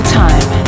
time